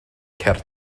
cerdd